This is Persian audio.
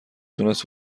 تونست